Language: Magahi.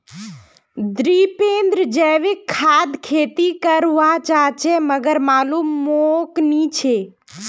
दीपेंद्र जैविक खाद खेती कर वा चहाचे मगर मालूम मोक नी छे